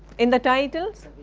in the titles?